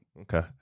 Okay